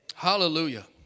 hallelujah